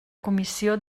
comissió